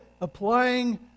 applying